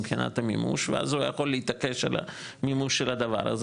מבחינת המימוש ואז הוא היה יכול להתעקש על המימוש של הדבר הזה